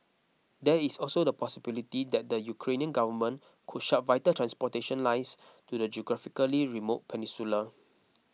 there is also the possibility that the Ukrainian government could shut vital transportation lines to the geographically remote peninsula